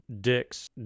dicks